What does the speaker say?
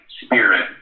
spirit